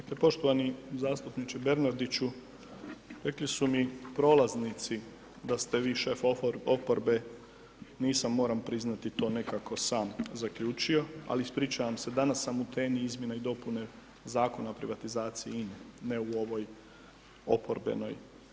Dakle, poštovani zastupniče Bernardiću rekli su mi prolaznici da ste vi šef oporbe, nisam moram priznati to nekako sam zaključio, ali ispričavam se danas sam u temi izmjena i dopune Zakona o privatizaciji INE, ne u ovoj oporbenoj.